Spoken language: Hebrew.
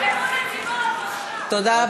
תודה.